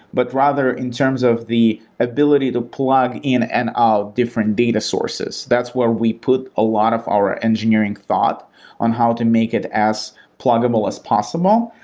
but rather in terms of the ability to plug in and out different data sources. that's where we put a lot of our engineering thought on how to make it as pluggable as possible.